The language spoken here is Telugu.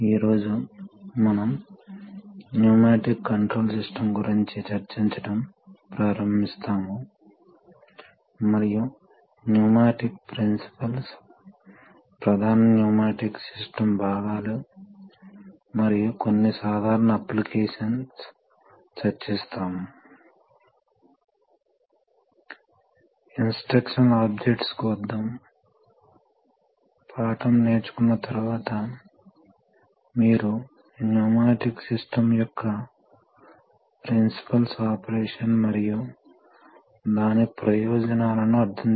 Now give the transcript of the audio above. ఈ ఉపన్యాసం లో మనం మొదట ప్రెషర్ మరియు ఫ్లో కంట్రోల్ వాల్వ్ లను పరిశీలిస్తాము ఇది చివరి ఉపన్యాసం నుండి తీసుకున్నది తరువాత హైడ్రాలిక్ సిలిండర్లు ప్రపోర్షనల్ వాల్వ్స్ మరియు సర్వో వాల్వ్ లను పరిశీలిస్తాము మరియు చివరికి మనం పూర్తి నిర్మాణాన్ని పరిశీలిస్తాము మీకు హైడ్రాలిక్ యాక్యుయేషన్ వ్యవస్థ తెలుసు కాబట్టి మనం ఇంస్ట్రక్షనల్ ఆబ్జెక్టివ్ లను పరిశీలిస్తాము